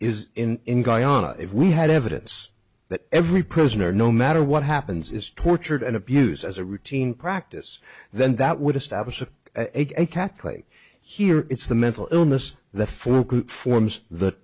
is in guyana if we had evidence that every prisoner no matter what happens is tortured and abused as a routine practice then that would establish a catholic here it's the mental illness the form forms th